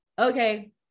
okay